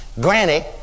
Granny